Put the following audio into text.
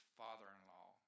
father-in-law